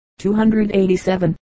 287